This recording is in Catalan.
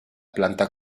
planta